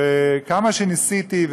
כמה שניסיתי,